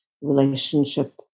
relationship